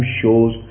shows